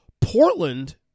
Portland